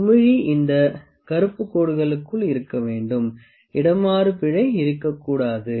குமிழி இந்த கருப்பு கோடுகளுக்குள் இருக்க வேண்டும் இடமாறு பிழை இருக்கக்கூடாது